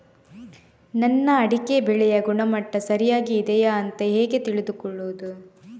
ನನ್ನ ಅಡಿಕೆ ಬೆಳೆಯ ಗುಣಮಟ್ಟ ಸರಿಯಾಗಿ ಇದೆಯಾ ಅಂತ ಹೇಗೆ ತಿಳಿದುಕೊಳ್ಳುವುದು?